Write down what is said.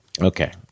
okay